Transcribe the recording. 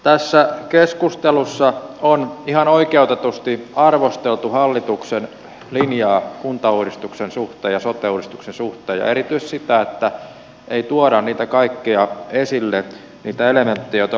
tässä keskustelussa on ihan oikeutetusti arvosteltu hallituksen linjaa kuntauudistuksen ja sote uudistuksen suhteen ja erityisesti sitä että ei tuoda esille niitä kaikkia elementtejä joita on luvattu tuoda